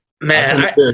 Man